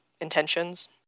intentions